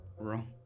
Wrong